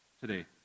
today